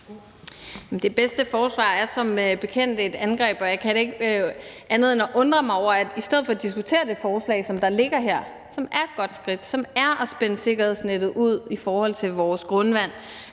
Det bedste forsvar er som bekendt et angreb, og jeg kan da ikke andet end at undre mig over, at man i stedet for at diskutere og forholde sig til det forslag, som ligger her, og som er et godt skridt, hvor vi spænder et sikkerhedsnet ud i forhold til vores grundvand,